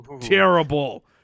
terrible